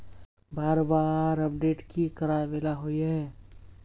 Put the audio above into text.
बार बार अपडेट की कराबेला होय है?